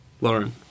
Lauren